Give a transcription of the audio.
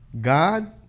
God